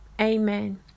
Amen